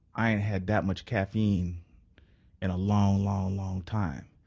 i ain't had that much caffeine in a long, long, long time.